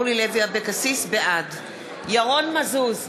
בעד ירון מזוז,